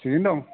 थिगैनो दं